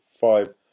five